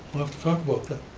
talk about that.